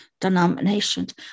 denominations